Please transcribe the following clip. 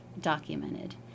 documented